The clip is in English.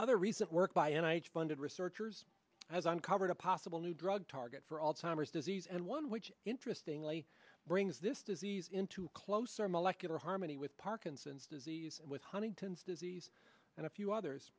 other recent work by and i funded researchers has uncovered a possible new drug target for all timers disease and one which interesting really brings this disease into closer molecular harmony with parkinson's disease and with huntington's disease and a few others